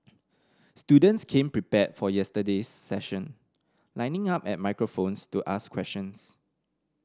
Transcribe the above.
students came prepared for yesterday's session lining up at microphones to ask questions